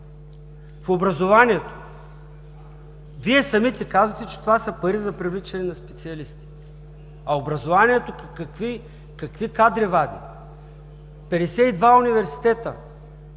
В образованието – Вие самите казвате, че това са пари за привличане на специалисти, а образованието какви кадри вади – 52 университета,